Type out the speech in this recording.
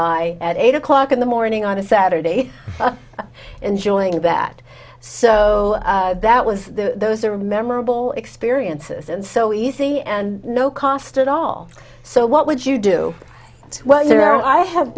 i at eight o'clock in the morning on a saturday enjoying that so that was a memorable experiences and so easy and no cost at all so what would you do well you know i have